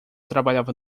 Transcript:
trabalhava